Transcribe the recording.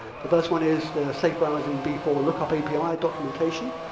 the first one is the safe browsing before look up api documentation.